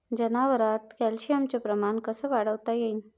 जनावरात कॅल्शियमचं प्रमान कस वाढवता येईन?